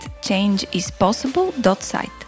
changeispossible.site